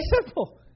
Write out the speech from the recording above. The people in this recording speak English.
simple